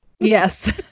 Yes